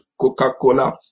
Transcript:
Coca-Cola